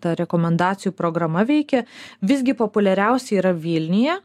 ta rekomendacijų programa veikia visgi populiariausi yra vilniuje